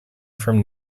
from